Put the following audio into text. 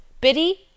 Biddy